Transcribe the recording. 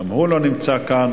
גם הוא לא נמצא כאן.